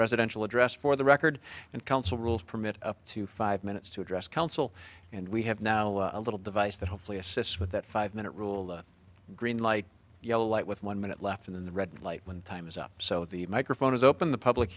residential address for the record and council rules permit up to five minutes to address counsel and we have now a little device that hopefully assists with that five minute rule the green light yellow light with one minute left in the red light when time is up so the microphone is open the public